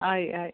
ആയി ആയി